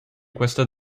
questa